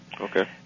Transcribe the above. Okay